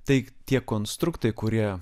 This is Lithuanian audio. tai tie konstruktai kurie